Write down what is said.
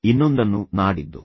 ಇನ್ನೊಂದನ್ನು ನಾಡಿದ್ದು